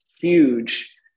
huge